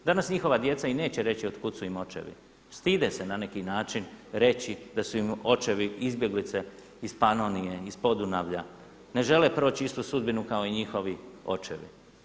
Danas njihova djeca i neće reći otkuda su im očevi, stide se na neki način da su im očevi izbjeglice iz Panonije, iz Podunavlja, ne žele proći istu sudbinu kao i njihovi očevi.